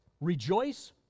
Rejoice